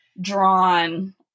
drawn